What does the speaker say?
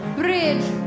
bridge